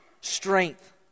strength